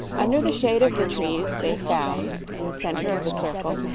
under the shade of the trees they found, in the center of the circle,